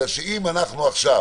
אם אנחנו עכשיו